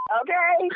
okay